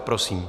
Prosím.